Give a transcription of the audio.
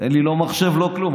אין לי מחשב ולא כלום.